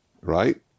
Right